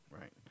right